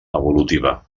evolutiva